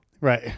Right